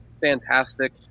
fantastic